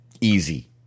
Easy